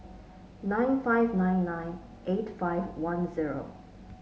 nine five nine nine eight five one zero